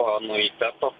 to anuiteto